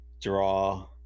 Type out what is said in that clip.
draw